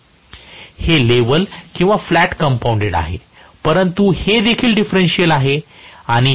हे लेवल किंवा flat compounded आहे परंतु हे देखील डिफरेंशियल आहे